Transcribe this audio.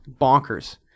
bonkers